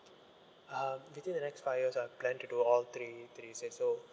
uh within the next five years I plan to do all three so